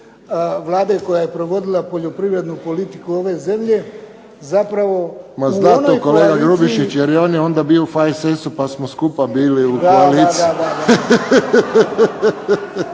Vlade koja je provodila poljoprivrednu politiku ove zemlje. Zapravo… **Friščić, Josip (HSS)** Ma zna to kolega Grubišić jer i on je onda bio u HSS-u pa smo skupa bili u toj koaliciji.